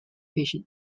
patient